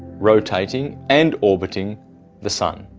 rotating and orbiting the sun.